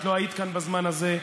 את לא היית כאן בזמן הזה.